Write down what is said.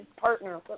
partner